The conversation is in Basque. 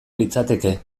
litzateke